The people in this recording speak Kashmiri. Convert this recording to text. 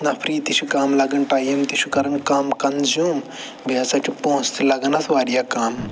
نَفری تہِ چھِ کَم لگان ٹایِم تہِ چھُ کَران کَم کنٛزیوٗم بیٚیہِ ہَسا چھِ پونٛسہٕ تہِ لَگان اَتھ وارِیاہ کَم